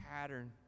pattern